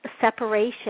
separation